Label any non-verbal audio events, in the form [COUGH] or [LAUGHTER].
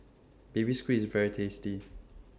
Baby Squid IS very tasty [NOISE]